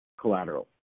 collateral